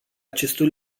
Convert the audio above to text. acestui